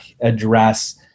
address